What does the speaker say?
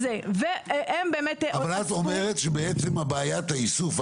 אבל את אומרת שבעצם בעיית האיסוף,